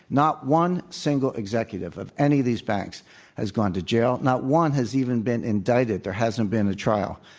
not one single executive of any of these banks has gone to jail. not one has even been indicted. there hasn't been a trial.